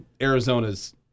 arizona's